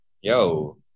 yo